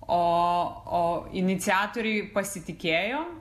o o iniciatoriai pasitikėjo